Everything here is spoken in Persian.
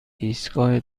ایستگاه